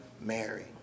Mary